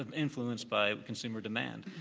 um influenced by consumer demand,